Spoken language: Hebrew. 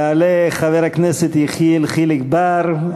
יעלה חבר הכנסת יחיאל חיליק בר,